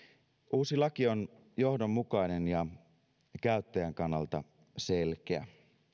uusi laki on johdonmukainen ja käyttäjän kannalta selkeä